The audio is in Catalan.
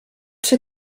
ser